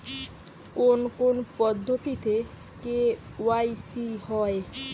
কোন কোন পদ্ধতিতে কে.ওয়াই.সি হয়?